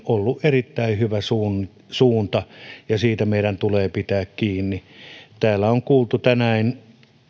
ollut erittäin hyvä suunta ja siitä meidän tulee pitää kiinni täällä on kuultu tänään